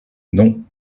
non